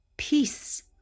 peace